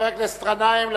חבר הכנסת גנאים,